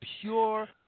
pure